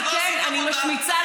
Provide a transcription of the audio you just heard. את לא עשית עבודה, אני כן, אני משמיצה.